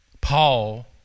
Paul